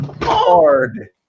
hard